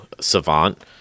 savant